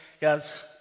guys